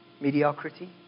mediocrity